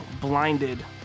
blinded